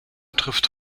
trifft